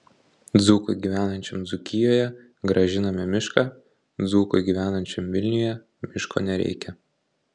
dzūkui gyvenančiam dzūkijoje grąžiname mišką dzūkui gyvenančiam vilniuje miško nereikia